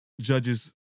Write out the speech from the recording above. judges